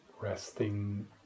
resting